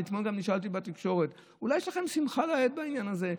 אני אתמול גם נשאלתי בתקשורת: אולי יש לכם שמחה לאיד בעניין הזה,